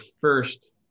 first